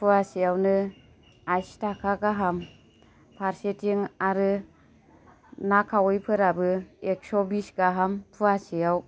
फुवासेयावनो आसि थाखा गाहाम फारसेथिं आरो ना खावैफोराबो एक्स' बिस गाहाम फुवासेयाव